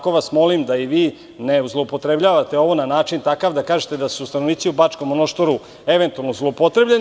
Molim vas da i vi ne zloupotrebljavate ovo na takav način da kažete da su stanovnici u Bačkom Monoštoru eventualno zloupotrebljeni.